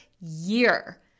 year